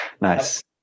Nice